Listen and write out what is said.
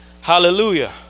Hallelujah